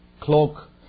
cloak